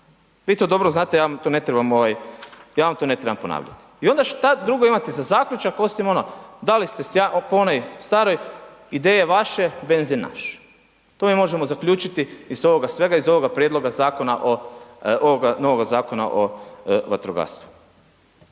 Vi to dobro znate, ja vam to ne trebam ponavljati. I onda šta drugo imate za zaključak osim ono da li ste po onoj staroj, ideje .../Govornik se ne razumije./... to mi možemo zaključiti iz ovoga svega, iz ovoga prijedloga zakona, ovoga novoga Zakona o vatrogastvu.